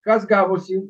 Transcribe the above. kas gavosi